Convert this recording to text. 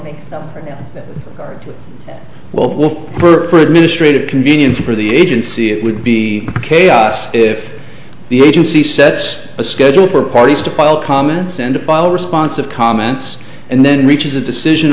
local for administrative convenience for the agency it would be chaos if the agency sets a schedule for parties to file comments and a final response of comments and then reaches a decision